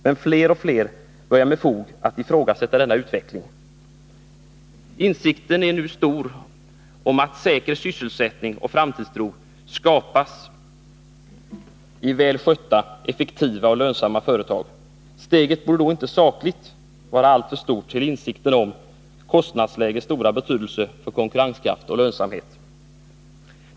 Men fler och fler börjar med fog att ifrågasätta denna utveckling. Insikten är nu stor om att säker sysselsättning och framtidstro skapas i väl skötta, effektiva och lönsamma företag. Steget borde då sakligt inte vara alltför stort till insikten om kostnadslägets stora betydelse för konkurrenskraft och lönsamhet.